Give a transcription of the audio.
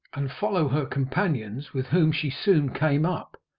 and follow her companions, with whom she soon came up,